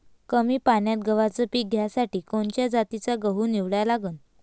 कमी पान्यात गव्हाचं पीक घ्यासाठी कोनच्या जातीचा गहू निवडा लागन?